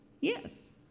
yes